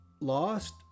lost